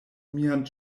mian